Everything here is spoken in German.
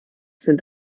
sind